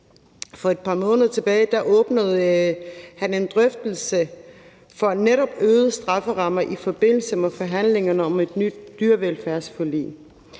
for et par måneder siden åbnede en drøftelse om netop højere strafferammer i forbindelse med forhandlingerne om et nyt dyrevelfærdsforlig.